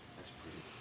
that's pretty.